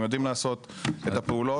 הם יודעים לעשות את הפעולות.